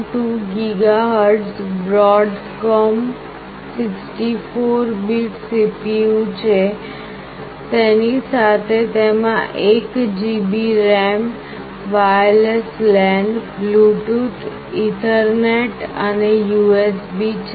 2 gigahertz Broadcom 64 bit CPU છે તેની સાથે તેમાં 1 GB RAM wireless LAN Bluetooth ethernet અને USB છે